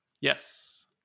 Yes